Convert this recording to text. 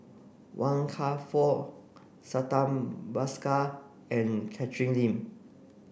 Wan Kam Fook Santha Bhaskar and Catherine Lim